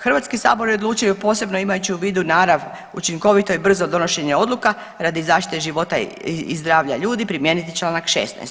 Hrvatski sabor je odlučio posebno imajući u vidu narav učinkovito i brzo donošenje odluka radi zaštite života i zdravlja ljudi primijeniti članak 16.